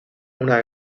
una